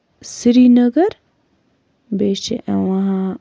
سرینگر بیٚیہِ چھِ یِوان